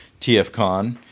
TFCon